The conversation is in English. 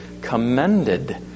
commended